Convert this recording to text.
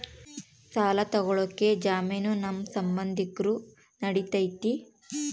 ಸಾಲ ತೊಗೋಳಕ್ಕೆ ಜಾಮೇನು ನಮ್ಮ ಸಂಬಂಧಿಕರು ನಡಿತೈತಿ?